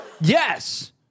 Yes